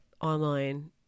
online